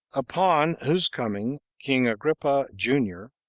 upon whose coming, king agrippa, junior,